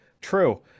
true